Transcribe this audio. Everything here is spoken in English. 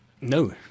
No